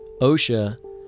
OSHA